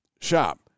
Shop